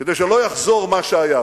כדי שלא יחזור מה שהיה.